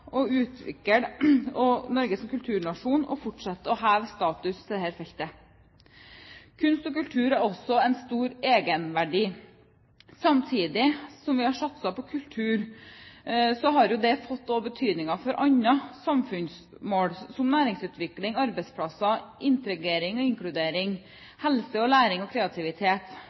å utvikle Norge som kulturnasjon og fortsette å heve statusen på dette feltet. Kunst og kultur har også stor egenverdi. Samtidig som vi har satset på kultur, har det fått betydning for andre samfunnsmål som næringsutvikling, arbeidsplasser, integrering og inkludering, helse, læring og kreativitet.